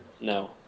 no